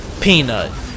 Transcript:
Peanut